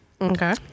Okay